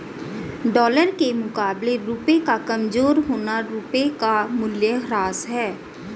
dollar के मुकाबले रुपए का कमज़ोर होना रुपए का मूल्यह्रास है